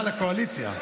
בהאזנה לקואליציה.